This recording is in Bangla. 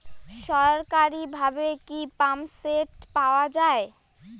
সরকারিভাবে কি পাম্পসেট পাওয়া যায়?